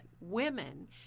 women